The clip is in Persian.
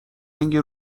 رنگ